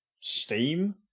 Steam